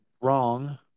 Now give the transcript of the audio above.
wrong